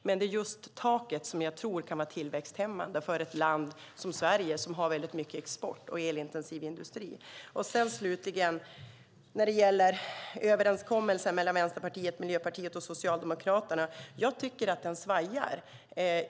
Men jag tror att just taket kan vara tillväxthämmande för ett land som Sverige som har mycket export och en elintensiv industri. Jag tycker att överenskommelsen mellan Vänsterpartiet, Miljöpartiet och Socialdemokraterna svajar.